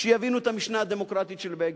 שיבינו את המשנה הדמוקרטית של בגין.